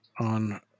on